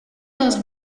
los